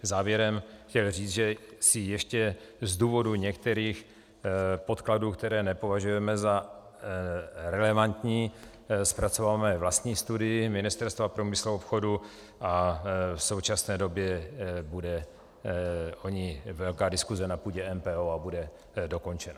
Závěrem bych chtěl říct, že si ještě z důvodu některých podkladů, které nepovažujeme za relevantní, zpracováváme vlastní studii Ministerstva průmyslu a obchodu a v současné době bude o ní velká diskuse na půdě MPO a bude dokončena.